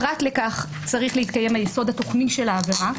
פרט לכך, צריך להתקיים גם היסוד התוכני של העבירה.